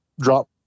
drop